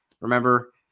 Remember